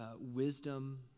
wisdom